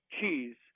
cheese